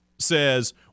says